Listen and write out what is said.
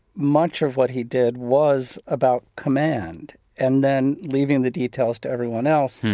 much of what he did was about command and then leaving the details to everyone else.